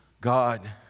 God